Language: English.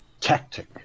tactic